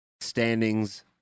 standings